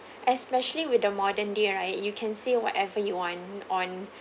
especially with the modern day right you can say whatever you want on